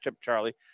Charlie